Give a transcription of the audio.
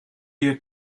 your